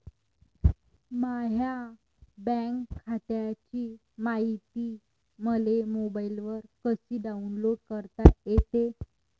माह्या बँक खात्याची मायती मले मोबाईलवर कसी डाऊनलोड करता येते?